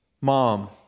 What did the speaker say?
mom